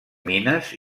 mines